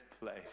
place